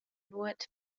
nuot